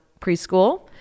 preschool